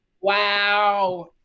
Wow